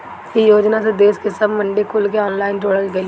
इ योजना से देस के सब मंडी कुल के ऑनलाइन जोड़ल गईल बाटे